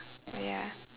ya